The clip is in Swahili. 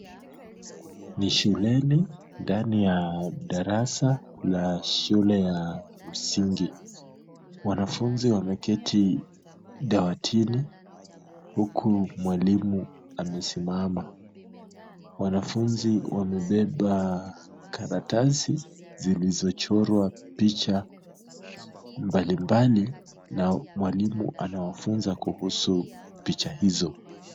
Ni shuleni ndani ya darasa la shule ya msingi, wanafunzi wameketi dawatini huku mwalimu amesimama, wanafunzi wamebeba karatasi zilizochorwa picha mbalimbali na mwalimu anawafunza kuhusu picha hizo.